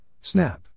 Snap